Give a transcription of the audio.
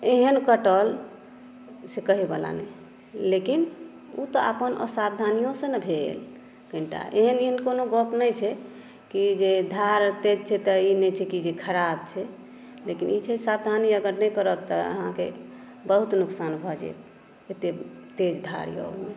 एहन कटल से कहेवला नहि लेकिन ओ तऽ अपन असावधानीयोसँ ने भेल कनिटा एहन ओहन कोनो गप नहि छै की जे धार तेज छै तऽ ई नहि छै जे की ख़राब छै लेकिन ई छै जे सावधानी अगर नहि करब तऽ अहाँके बहुत नुकसान भऽ जायत अतेक तेज धार अछि ओहिमे